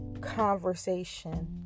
conversation